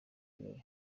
birori